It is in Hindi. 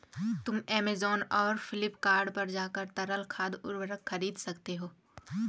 तुम ऐमेज़ॉन और फ्लिपकार्ट पर जाकर तरल खाद उर्वरक खरीद सकते हो